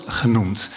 genoemd